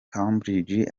cambridge